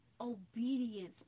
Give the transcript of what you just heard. obedience